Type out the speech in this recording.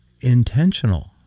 intentional